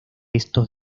estos